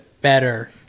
better